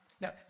Now